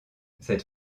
cette